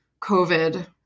COVID